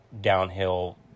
downhill